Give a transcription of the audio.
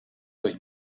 euch